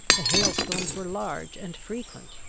the hail-stones were large and frequent.